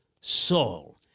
Saul